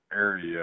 area